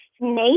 snake